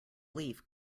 leaf